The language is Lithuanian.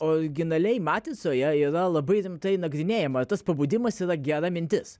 originaliai matricoje yra labai rimtai nagrinėjama tas pabudimas yra gera mintis